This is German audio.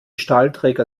stahlträger